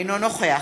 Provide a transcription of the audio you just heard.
אינו נוכח